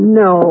no